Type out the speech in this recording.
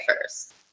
first